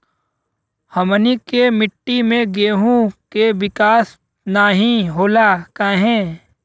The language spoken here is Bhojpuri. हमनी के मिट्टी में गेहूँ के विकास नहीं होला काहे?